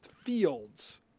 fields